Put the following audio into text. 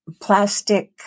plastic